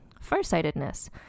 farsightedness